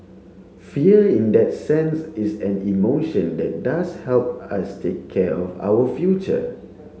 fear in that sense is an emotion that does help us take care of our future